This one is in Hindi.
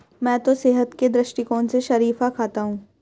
मैं तो सेहत के दृष्टिकोण से शरीफा खाता हूं